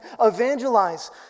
evangelize